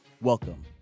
Welcome